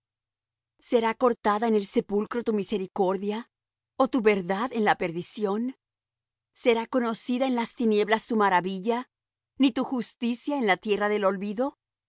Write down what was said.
será contada en el sepulcro tu misericordia o tu verdad en la perdición será conocida en las tinieblas tu maravilla ni tu justicia en la tierra del olvido